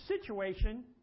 situation